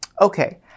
Okay